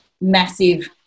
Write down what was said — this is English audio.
massive